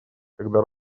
когда